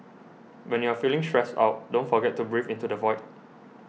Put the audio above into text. when you are feeling stressed out don't forget to breathe into the void